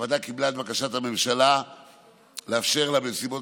הוועדה קיבלה את בקשת הממשלה לאפשר לה בנסיבות